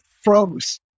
froze